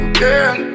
girl